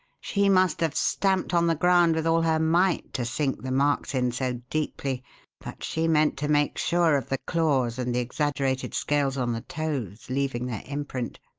she must have stamped on the ground with all her might, to sink the marks in so deeply but she meant to make sure of the claws and the exaggerated scales on the toes leaving their imprint.